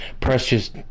precious